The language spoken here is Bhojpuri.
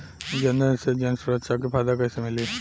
जनधन से जन सुरक्षा के फायदा कैसे मिली?